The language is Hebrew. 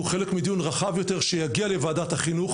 הוא חלק מדיון רחב יותר שיגיע לוועדת החינוך